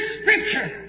scripture